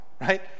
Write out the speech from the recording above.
right